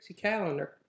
Calendar